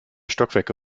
stockwerke